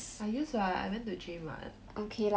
I use what I went to gym what